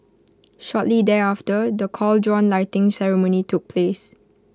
shortly thereafter the cauldron lighting ceremony took place